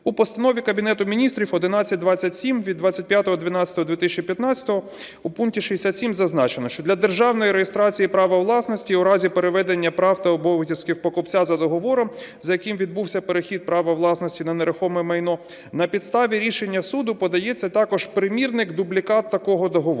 У Постанові Кабінету Міністрів 1127 від 25.12.2015 у пункті 67 зазначеного, що для державної реєстрації права власності у разі переведення прав та обов'язків покупця за договором, за яким відбувся перехід права власності на нерухоме майно, на підставі рішення суду подається також примірник дублікат такого договору.